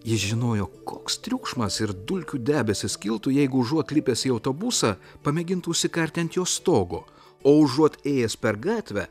jis žinojo koks triukšmas ir dulkių debesys kiltų jeigu užuot lipęs į autobusą pamėgintų užsikarti ant jo stogo o užuot ėjęs per gatvę